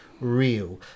real